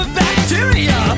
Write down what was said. bacteria